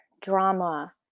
drama